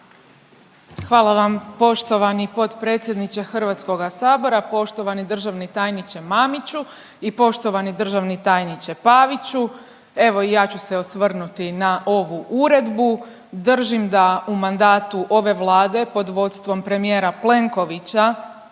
Hvala vam poštovani potpredsjedniče HS-a, poštovani državni tajniče Mamiću i poštovani državni tajniče Paviću. Evo i ja ću se osvrnuti na ovu Uredbu. Držim da u mandatu ove Vlade pod vodstvom premijera Plenkovića